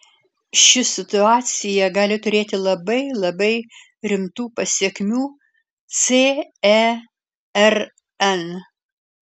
ši situacija gali turėti labai labai rimtų pasekmių cern